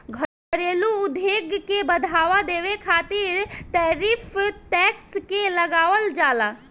घरेलू उद्योग के बढ़ावा देबे खातिर टैरिफ टैक्स के लगावल जाला